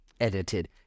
edited